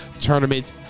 Tournament